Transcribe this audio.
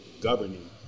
governing